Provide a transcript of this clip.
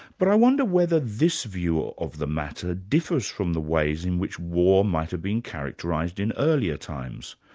but i wonder whether this view of the matter differs from the ways in which war might have been characterised in earlier times.